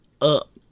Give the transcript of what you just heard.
up